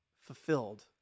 fulfilled